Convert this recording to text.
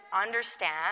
understand